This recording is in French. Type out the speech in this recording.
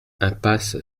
impasse